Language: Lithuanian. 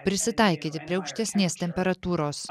prisitaikyti prie aukštesnės temperatūros